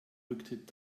rücktritt